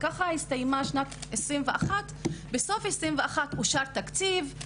ככה הסתיימה שנת 2021. בסוף 2021 אושר תקציב,